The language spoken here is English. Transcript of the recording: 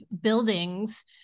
buildings